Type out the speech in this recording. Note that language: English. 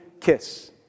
kiss